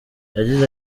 yagize